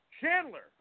Chandler